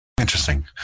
Interesting